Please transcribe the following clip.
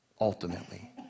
ultimately